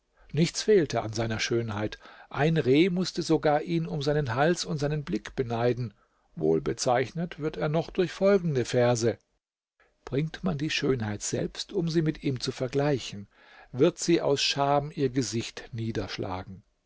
nichts fehlte an seiner schönheit ein reh mußte sogar ihn um seinen hals und seinen blick beneiden wohl bezeichnet wird er noch durch folgende verse bringt man die schönheit selbst um sie mit ihm zu vergleichen wird sie aus scham ihr gesicht niederschlagen